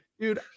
Dude